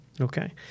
Okay